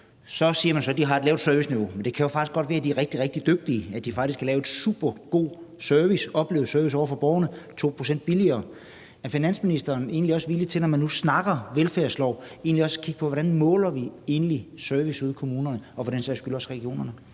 så siger man, at de har et lavt serviceniveau, men det kan jo faktisk godt være, at de er rigtig, rigtig dygtige, og at de faktisk kan levere en supergod service – oplevet service – til borgerne 2 pct. billigere. Er finansministeren villig til, når man nu snakker velfærdslov, også at kigge på, hvordan vi egentlig måler service ude i kommunerne og for den sags skyld også i regionerne?